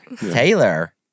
Taylor